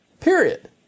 period